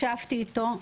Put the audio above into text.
ישבתי איתו.